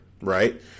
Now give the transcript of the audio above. right